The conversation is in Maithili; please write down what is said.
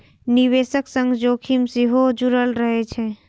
निवेशक संग जोखिम सेहो जुड़ल रहै छै